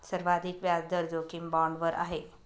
सर्वाधिक व्याजदर जोखीम बाँडवर आहे